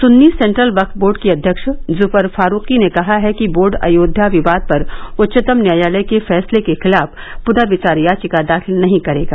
Sunni central Waqf board के अध्यक्ष जुफर फारूकी ने कहा है कि बोर्ड अयोध्या विवाद पर उच्चतम न्यायालय के फैसले के खिलाफ पुनर्विचार याचिका दाखिल नहीं करेगा